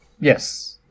yes